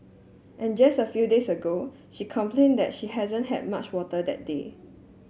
and just a few days ago she complained that she hadn't had much water that day